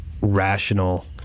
rational